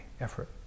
effort